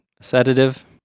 sedative